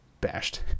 bashed